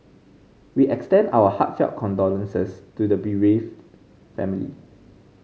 we extend our heartfelt condolences to the bereaved family